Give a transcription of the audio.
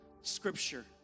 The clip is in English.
scripture